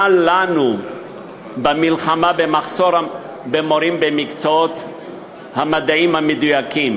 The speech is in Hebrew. לנו במלחמה במחסור במורים במקצועות המדעים המדויקים,